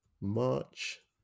march